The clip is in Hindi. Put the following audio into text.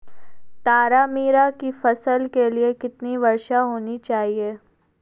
तारामीरा की फसल के लिए कितनी वर्षा होनी चाहिए?